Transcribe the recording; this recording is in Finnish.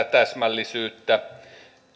täsmällisyyttä